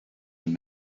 and